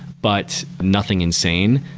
but nothing insane.